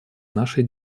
нашей